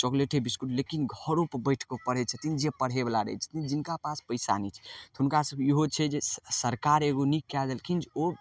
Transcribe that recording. चॉकलेटे biscuit लेकिन घरोपर बैठिके पढ़ै छथिन जे पढ़ैवला रहै छथिन जिनका पास पइसा नहि छनि तऽ हुनकासभकेँ इहो छै जे सरकार एगो नीक कै देलखिन जे ओ